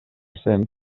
cent